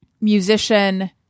musician